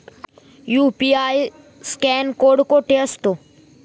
UPI scan code कुठे असतो?